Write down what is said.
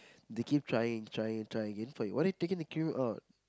they keep trying and trying and trying and trying what it take to kill you out